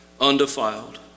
undefiled